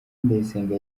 ndayisenga